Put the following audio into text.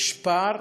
יש פער